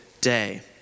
day